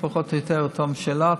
אלה פחות או יותר אותן שאלות,